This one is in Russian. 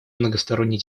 многосторонней